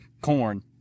Corn